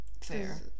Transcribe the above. Fair